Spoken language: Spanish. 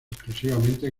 exclusivamente